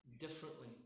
differently